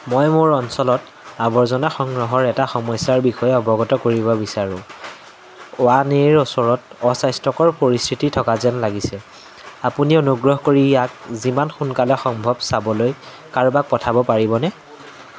মই মোৰ অঞ্চলত আৱৰ্জনা সংগ্ৰহৰ এটা সমস্যাৰ বিষয়ে অৱগত কৰিব বিচাৰোঁ ওৱান এৰ ওচৰত অস্বাস্থ্যকৰ পৰিস্থিতি থকা যেন লাগিছে আপুনি অনুগ্ৰহ কৰি ইয়াক যিমান সোনকালে সম্ভৱ চাবলৈ কাৰোবাক পঠাব পাৰিবনে